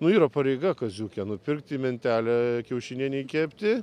nu yra pareiga kaziuke nupirkti mentelę kiaušinienei kepti